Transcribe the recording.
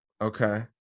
okay